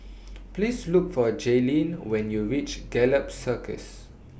Please Look For Jaylin when YOU REACH Gallop Circus